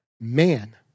Man